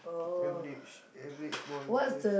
average average ball ball yes